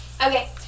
Okay